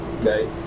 okay